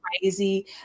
crazy